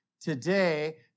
today